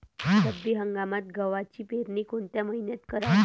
रब्बी हंगामात गव्हाची पेरनी कोनत्या मईन्यात कराव?